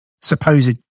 supposed